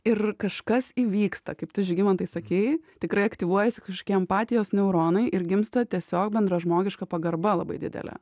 ir kažkas įvyksta kaip tu žygimantai sakei tikrai aktyvuojasi kažkiek empatijos neuronai ir gimsta tiesiog bendražmogiška pagarba labai didelė